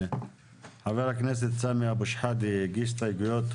חבר הכנסת סאמי אבו שחאדה הגיש הסתייגויות,